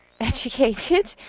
educated